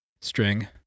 string